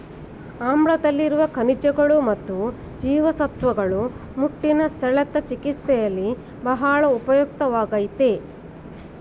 ಆಮ್ಲಾದಲ್ಲಿರುವ ಖನಿಜಗಳು ಮತ್ತು ಜೀವಸತ್ವಗಳು ಮುಟ್ಟಿನ ಸೆಳೆತ ಚಿಕಿತ್ಸೆಯಲ್ಲಿ ಬಹಳ ಉಪಯುಕ್ತವಾಗಯ್ತೆ